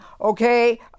Okay